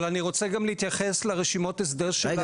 אבל אני רוצה להתייחס לרשימות ההסדר של השב"נים,